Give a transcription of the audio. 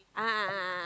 a'ah a'ah a'ah